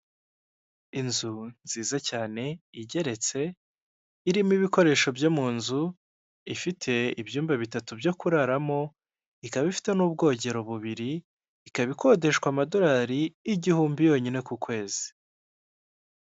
Inzu nziza cyane igeretse irimo ibikoresho byo mu nzu, ifite ibyumba bitatu byo kuraramo ikaba ifite n'ubwogero bubiri ikaba ikodeshwa amadolari y'igihumbi yonyine ku kwezi.